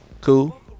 Cool